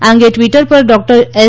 આ અંગે ટ્વીટર પર ડોકટર એસ